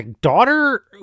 daughter